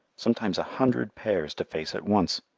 sometimes a hundred pairs to face at once!